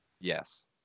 Yes